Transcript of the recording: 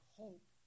hope